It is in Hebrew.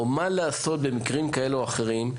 או מה לעשות במקרים כאלה או אחרים.